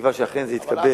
בתקווה שאכן זה יתקדם.